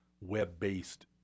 web-based